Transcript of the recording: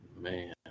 Man